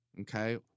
Okay